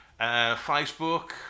Facebook